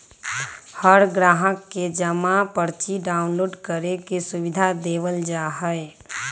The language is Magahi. हर ग्राहक के जमा पर्ची डाउनलोड करे के सुविधा देवल जा हई